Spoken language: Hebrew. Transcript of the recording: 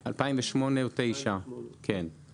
2008. 2008 או 2009. כן.